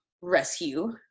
rescue